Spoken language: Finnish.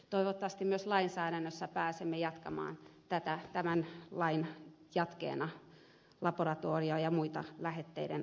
toivottavasti myös lainsäädännössä pääsemme jatkamaan tämän lain jatkeena laboratorio ja muiden lähetteiden antamisoikeuksia